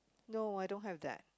no I don't have that